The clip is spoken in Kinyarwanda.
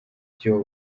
byo